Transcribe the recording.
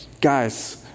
guys